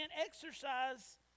exercise